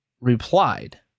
replied